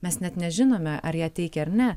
mes net nežinome ar ją teikia ar ne